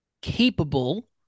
capable